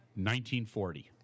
1940